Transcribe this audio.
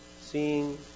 Seeing